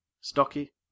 stocky